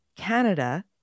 Canada